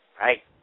Right